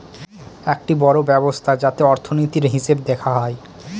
একটি বড়ো ব্যবস্থা যাতে অর্থনীতির, হিসেব দেখা হয়